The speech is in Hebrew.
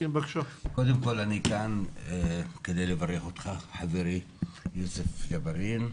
אני כאן כדי לברך אותך חברי יוסף ג'בארין.